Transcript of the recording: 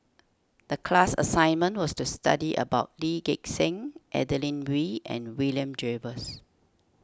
the class assignment was to study about Lee Gek Seng Adeline Ooi and William Jervois